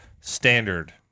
standard